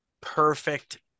perfect